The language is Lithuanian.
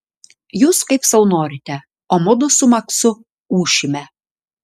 jūs kaip sau norite o mudu su maksu ūšime